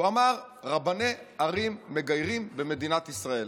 הוא אמר שרבני ערים מגיירים במדינת ישראל.